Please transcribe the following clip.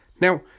Now